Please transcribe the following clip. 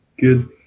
good